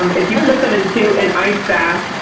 um if you put them into an ice bath,